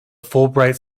fulbright